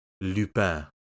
Lupin